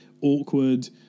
awkward